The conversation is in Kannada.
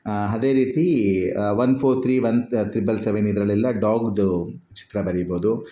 ಅದೇ ರೀತಿ one four three one triple seven ಇದರಲ್ಲೆಲ್ಲ ಡಾಗ್ದು ಚಿತ್ರ ಬರಿಬೋದು